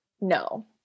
No